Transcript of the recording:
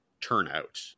turnout